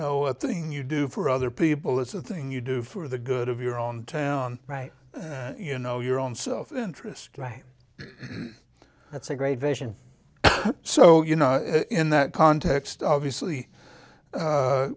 know a thing you do for other people it's a thing you do for the good of your own town right you know your own self interest right that's a great vision so you know in that context obviously